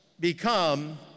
become